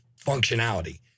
functionality